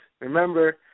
Remember